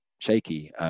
shaky